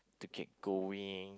to keep going